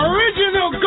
Original